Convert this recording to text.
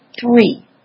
Three